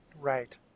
Right